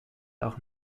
auch